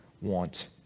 want